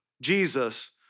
Jesus